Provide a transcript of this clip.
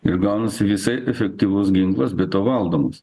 ir gaunasi visai efektyvus ginklas be to valdomas